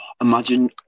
Imagine